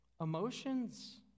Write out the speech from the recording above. Emotions